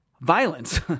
violence